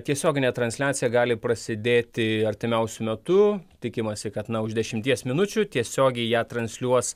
tiesioginė transliacija gali prasidėti artimiausiu metu tikimasi kad na už dešimties minučių tiesiogiai ją transliuos